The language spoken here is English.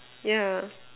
yeah